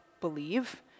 believe